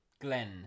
Glenn